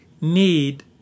need